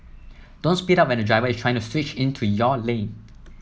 don't speed up when a driver is trying to switch into your lane